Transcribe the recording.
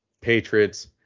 Patriots